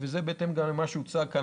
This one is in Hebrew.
סך כל החולים וזה בהתאם לנתונים שהוצגו כאן,